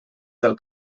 del